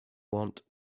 want